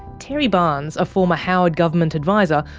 terry barnes, a former howard government advisor,